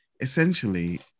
essentially